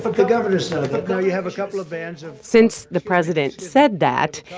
the governors know that. you have a couple of bands of. since the president said that,